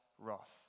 wrath